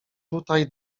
tutaj